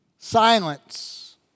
Silence